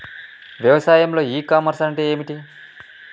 వ్యవసాయంలో e commerce అంటే ఏమిటి?